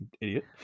idiot